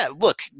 look